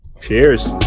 Cheers